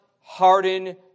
harden